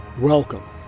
Welcome